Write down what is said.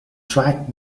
track